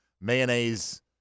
mayonnaise